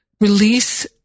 Release